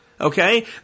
Okay